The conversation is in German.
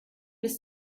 bis